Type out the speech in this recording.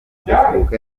facebook